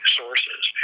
sources